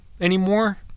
anymore